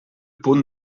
punt